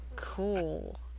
Cool